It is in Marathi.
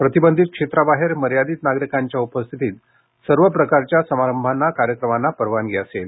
प्रतिबंधित क्षेत्राबाहेर मर्यादित नागरिकांच्या उपस्थितीत सर्व प्रकारच्या समारंभांना कार्यक्रमांना परवानगी असेल